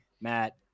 Matt